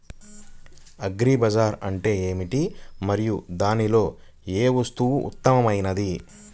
Agri bazaar అంటే ఏమిటి మరియు దానిలో ఏ వస్తువు ఉత్తమమైనది?